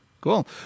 cool